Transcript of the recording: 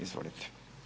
Izvolite.